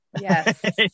Yes